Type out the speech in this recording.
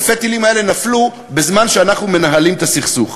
אלפי הטילים האלה נפלו בזמן שאנחנו מנהלים את הסכסוך.